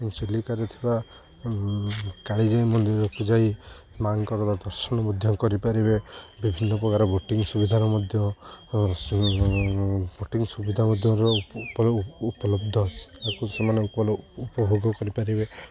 ଚିଲିକାରେ ଥିବା କାଳିଜାଇ ମନ୍ଦିରକୁ ଯାଇ ମାଆଙ୍କର ଦର୍ଶନ ମଧ୍ୟ କରିପାରିବେ ବିଭିନ୍ନ ପ୍ରକାର ବୋଟିଂ ସୁବିଧାର ମଧ୍ୟ ବୋଟିଂ ସୁବିଧା ମଧ୍ୟର ଉପଲବ୍ଧ ତାକୁ ସେମାନଙ୍କୁ ଆମେ ଉପଭୋଗ କରିପାରିବେ